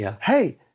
Hey